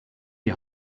die